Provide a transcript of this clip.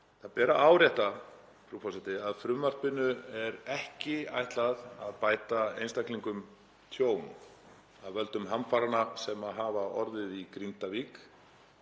Það ber að árétta, frú forseti, að frumvarpinu er ekki ætlað að bæta einstaklingum tjón af völdum hamfaranna sem hafa orðið í Grindavík